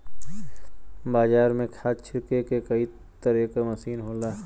बाजार में खाद छिरके के कई तरे क मसीन होला